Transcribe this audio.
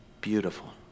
beautiful